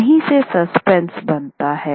यहीं से सस्पेंस बनता है